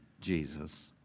Jesus